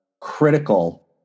critical